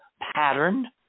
pattern